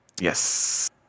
Yes